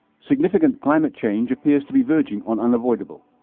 significant climate change appears to be verging on unavoidable.